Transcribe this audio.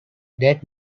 that